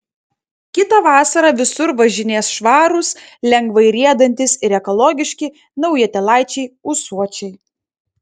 kitą vasarą visur važinės švarūs lengvai riedantys ir ekologiški naujutėlaičiai ūsuočiai